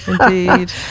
Indeed